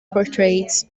portraits